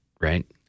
right